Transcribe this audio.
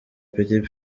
petit